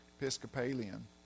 Episcopalian